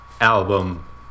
album